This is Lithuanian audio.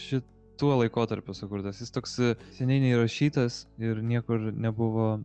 šituo laikotarpiu sukurtas jis toks seniai neįrašytas ir niekur nebuvo